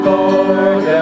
Lord